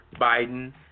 Biden